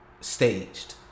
staged